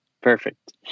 perfect